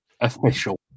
official